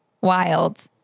wild